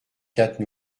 quatre